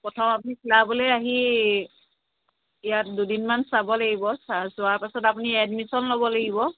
প্ৰথম আপুনি ক্লাবলৈ আহি ইয়াত দুদিনমান চাব লাগিব চা চোৱাৰ পিছত আপুনি এডমিছন ল'ব লাগিব